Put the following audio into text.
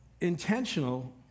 intentional